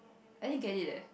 I didn't get it leh